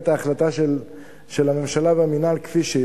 את ההחלטה של הממשלה והמינהל כפי שהיא,